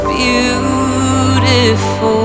beautiful